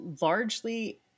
largely